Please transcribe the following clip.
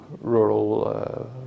rural